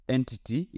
Entity